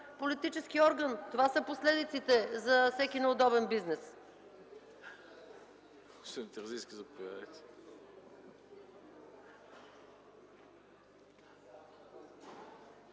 политически орган – това са последиците за всеки неудобен бизнес.